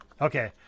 Okay